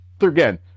again